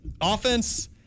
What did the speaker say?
offense